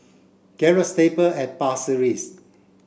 Gallop Stable at Pasir Ris